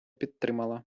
підтримала